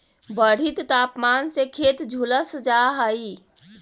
बढ़ित तापमान से खेत झुलस जा हई